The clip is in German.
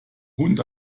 schon